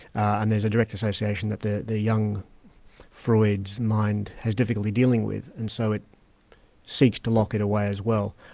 and there's a direct association that the the young freud's mind has difficulty dealing with, and so it seeks to lock it away as well.